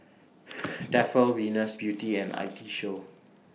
Tefal Venus Beauty and I T Show